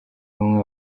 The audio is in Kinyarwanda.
bamwe